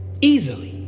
easily